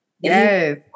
Yes